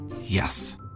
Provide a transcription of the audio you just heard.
Yes